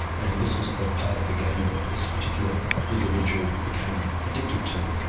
and this was the part of the game that this particular individual became addicted to.